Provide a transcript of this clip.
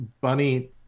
bunny